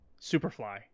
Superfly